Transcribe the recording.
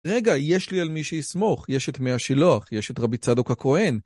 רגע, יש לי על מי שיסמוך. יש את מי השילוח, יש את רבי צדוק הכהן.